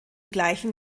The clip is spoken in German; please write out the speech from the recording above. gleichen